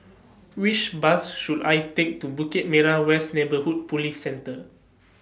Which Bus should I Take to Bukit Merah West Neighbourhood Police Centre